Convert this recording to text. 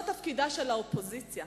זה תפקידה של האופוזיציה.